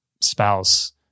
spouse